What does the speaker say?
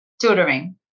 tutoring